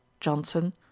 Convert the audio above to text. Johnson